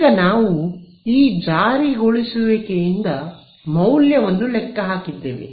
ಈಗ ನಾವು ಈ ಜಾರಿಗೊಳಿಸುವಿಕೆಯಿಂದ ಮೌಲ್ಯವನ್ನು ಲೆಕ್ಕ ಹಾಕಿದ್ದೇವೆ